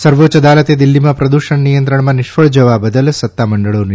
સર્વોચ્ય અદાલતે દિલ્હીમાં પ્રદૂષણ નિયંત્રણમાં નિષ્ફળ જવા બદલ સત્તામંડળોની